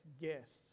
guests